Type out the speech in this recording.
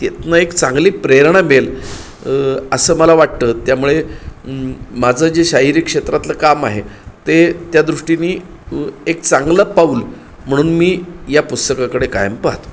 तिथून एक चांगली प्रेरणा मिळेल असं मला वाटतं त्यामुळे माझं जे शाहिरी क्षेत्रातलं काम आहे ते त्या दृष्टीने एक चांगलं पाऊल म्हणून मी या पुस्तकाकडे कायम पाहतो